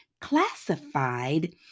classified